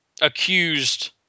accused